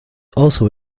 also